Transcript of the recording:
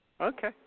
Okay